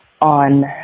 on